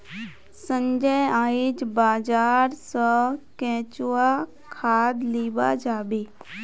संजय आइज बाजार स केंचुआ खाद लीबा जाबे